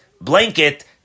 blanket